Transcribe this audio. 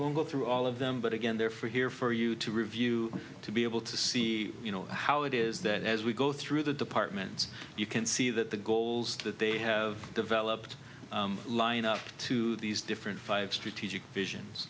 won't go through all of them but again they're for here for you to review to be able to see you know how it is that as we go through the departments you can see that the goals that they have developed line up to these different five strategic visions